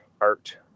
art